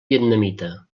vietnamita